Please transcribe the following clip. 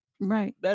Right